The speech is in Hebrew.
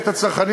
עושה?